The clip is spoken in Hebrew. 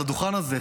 על הדוכן הזה,